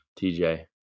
TJ